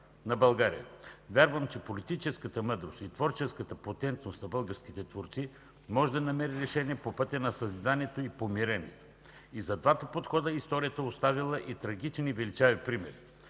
на България. Вярвам, че политическата мъдрост и творческата потентност на българските творци може да намери решение по пътя на съзиданието и помирението. И за двата подхода историята е оставила и трагични, и величави примери.